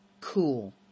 cool